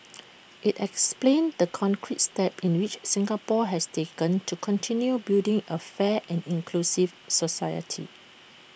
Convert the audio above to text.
IT explains the concrete steps in which Singapore has taken to continue building A fair and inclusive society